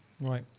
Right